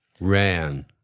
Ran